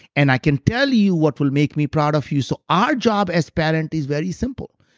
and i can tell you what will make me proud of you so our job as parent is very simple,